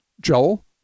joel